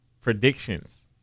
predictions